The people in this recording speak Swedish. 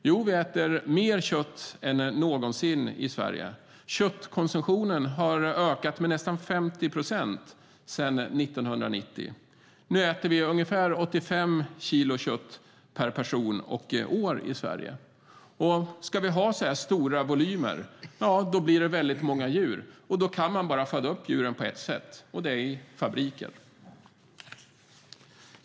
Jo, vi äter mer kött än någonsin i Sverige. Köttkonsumtionen har ökat med nästan 50 procent sedan 1990. Nu äter vi ungefär 85 kilo kött per person och år i Sverige. Ska vi ha så här stora volymer blir det väldigt många djur, och då kan man bara föda upp djuren på ett sätt, nämligen i fabriker.